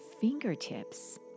fingertips